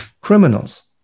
criminals